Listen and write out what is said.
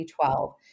B12